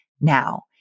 now